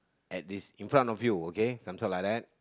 at this in front of you some sort like that